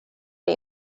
det